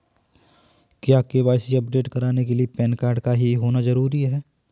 क्या KYC update कराने के लिए पैन कार्ड का ही होना जरूरी है?